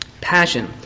Passion